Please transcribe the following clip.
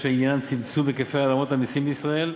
שעניינם צמצום היקפי העלמות המסים בישראל,